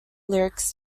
lyrics